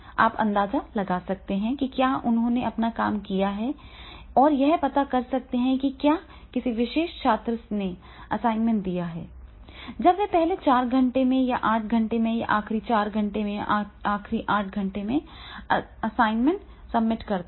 आप अंदाजा लगा सकते हैं कि क्या उन्होंने अपना काम नहीं किया है और यह पता कर सकते हैं कि क्या किसी विशेष छात्र ने असाइनमेंट दिया है या जब वह पहले चार घंटे या आठ घंटे या आखिरी चार घंटे और आखिरी आठ घंटे में असाइनमेंट सबमिट करता है